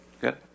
Good